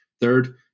Third